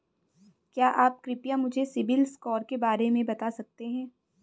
क्या आप कृपया मुझे सिबिल स्कोर के बारे में बता सकते हैं?